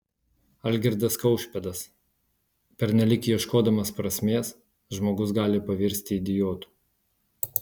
algirdas kaušpėdas pernelyg ieškodamas prasmės žmogus gali pavirsti idiotu